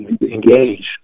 engage